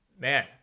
Man